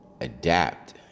adapt